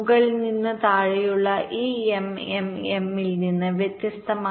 മുകളിൽ നിന്ന് താഴെയുള്ള ഈ MMM ൽ നിന്ന് വ്യത്യസ്തമായി